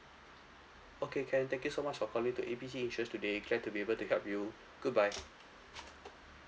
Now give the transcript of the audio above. okay can thank you so much for calling to A B C insurance today glad to be able to help you goodbye